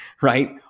right